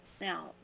Now